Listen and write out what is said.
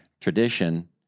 tradition